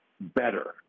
better